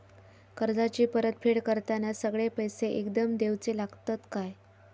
कर्जाची परत फेड करताना सगळे पैसे एकदम देवचे लागतत काय?